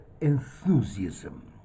enthusiasm